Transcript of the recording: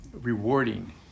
rewarding